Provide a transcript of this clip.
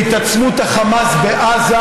להתעצמות החמאס בעזה.